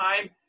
time